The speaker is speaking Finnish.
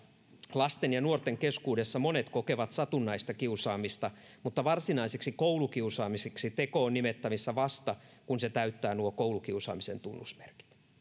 lasten ja nuorten keskuudessa monet kokevat satunnaista kiusaamista mutta varsinaiseksi koulukiusaamiseksi teko on nimettävissä vasta kun se täyttää nuo koulukiusaamisen tunnusmerkit